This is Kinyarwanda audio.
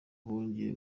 bongeye